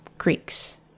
creeks